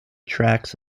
tracks